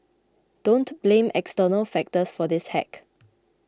don't blame external factors for this hack